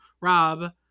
Rob